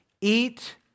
eat